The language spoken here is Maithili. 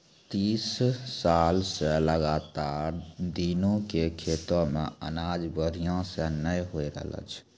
तीस साल स लगातार दीनू के खेतो मॅ अनाज बढ़िया स नय होय रहॅलो छै